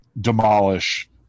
demolish